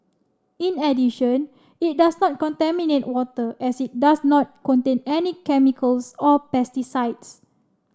in addition it does not contaminate water as it does not contain any chemicals or pesticides